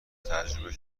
تجربه